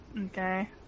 Okay